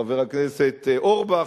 חבר הכנסת אורבך.